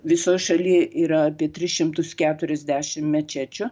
visoj šaly yra apie trys šimtai keturiasdešim mečečių